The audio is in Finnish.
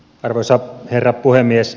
arvoisa herra puhemies